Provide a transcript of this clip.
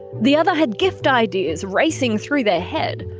the other had gift ideas racing through their head.